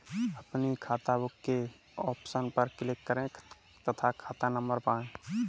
अपनी खाताबुक के ऑप्शन पर क्लिक करें तथा खाता नंबर पाएं